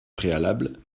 préalable